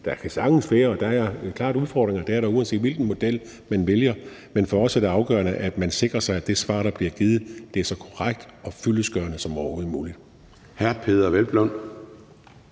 det er klart, at det er der, uanset hvilken model, man vælger – men for os er det afgørende, at man sikrer sig, at det svar, der bliver givet, er så korrekt og fyldestgørende som overhovedet muligt.